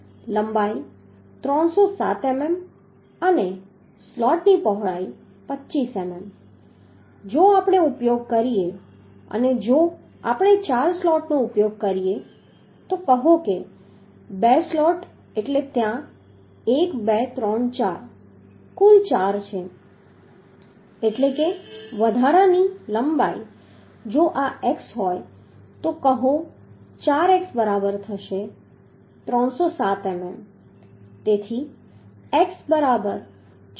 લંબાઈ 307 મીમી અને સ્લોટની પહોળાઈ 25 મીમી જો આપણે ઉપયોગ કરીએ અને જો આપણે 4 સ્લોટનો ઉપયોગ કરીએ તો કહો કે 2 સ્લોટ એટલે ત્યાં 1 2 3 4 કુલ 4 છે એટલે કે વધારાની લંબાઈ જો આ X હોય તો કહો 4X બરાબર થશે 307 મીમી તેથી X બરાબર 76